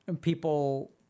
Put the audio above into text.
people